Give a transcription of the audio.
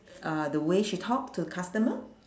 uh the way she talk to customer